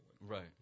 Right